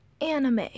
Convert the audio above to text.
anime